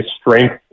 strength